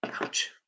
Ouch